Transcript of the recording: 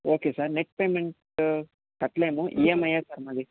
okay sir net payment కట్టలేము EMI ఏ sir మాది